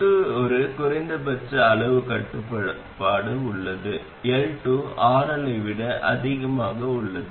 L2 ஒரு குறைந்தபட்ச அளவு கட்டுப்பாடு உள்ளது L2 RL ஐ விட அதிகமாக உள்ளது